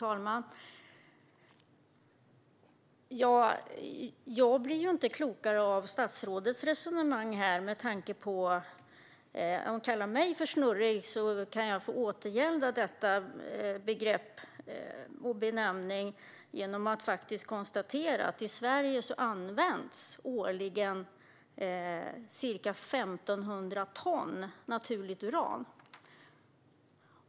Fru talman! Jag blir inte klokare av statsrådets resonemang här. Om hon kallar mig snurrig kan jag återgälda denna benämning genom att konstatera att i Sverige används årligen ca 1 500 ton naturligt uran.